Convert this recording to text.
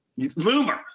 loomer